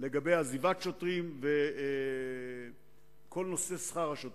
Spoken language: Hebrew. ערוץ "אל-ג'זירה" ירד מערוצי הטלוויזיה שאסירים